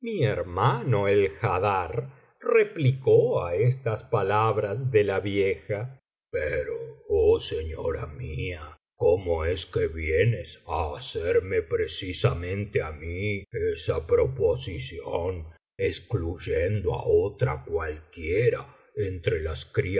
mi hermano el haddar replicó á estas palabras de la vieja pero oh señora mía cómo es que vienes á hacerme precisamente á mí esa proposición excluyendo á otra cualquiera entre las